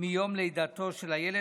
מיום לידתו של הילד,